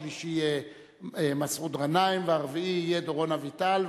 השלישי יהיה מסעוד גנאים והרביעי יהיה דורון אביטל,